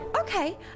Okay